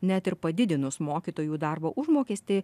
net ir padidinus mokytojų darbo užmokestį